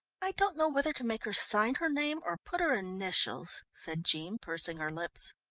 i don't know whether to make her sign her name or put her initials, said jean, pursing her lips.